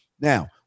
Now